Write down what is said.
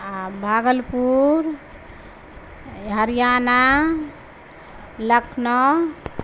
بھاگل پور ہریانہ لکھنؤ